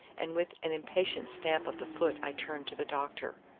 and with an impatient stamp of the foot i turned to the doctor.